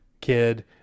kid